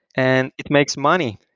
and it makes money.